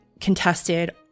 contested